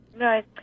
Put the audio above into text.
Right